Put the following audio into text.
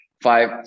five